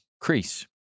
crease